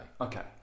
okay